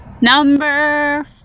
Number